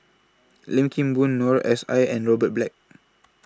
Lim Kim Boon Noor S I and Robert Black